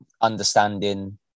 understanding